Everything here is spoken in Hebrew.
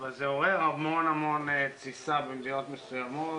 אבל זה עורר המון המון תסיסה במדינות מסוימות